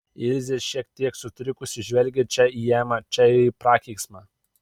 ilzė šiek tiek sutrikusi žvelgė čia į emą čia į prakeiksmą